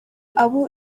abo